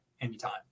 anytime